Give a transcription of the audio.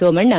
Somanna